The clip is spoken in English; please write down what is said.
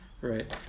right